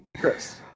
Chris